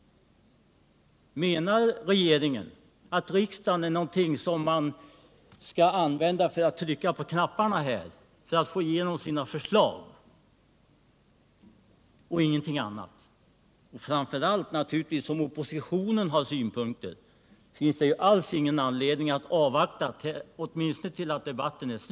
Menar regeringen att riksdagen bara är en plats där vi skall sitta och trycka på knapparna för att få igenom våra förslag, och ingenting annat? Det verkar som om det framför allt när oppositionen har synpunkter inte finns någon anledning att avvakta tills debatten är slut innan massmedia meddelas.